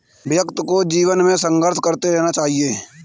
व्यक्ति को जीवन में संघर्ष करते रहना चाहिए